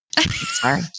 Sorry